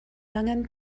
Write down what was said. angen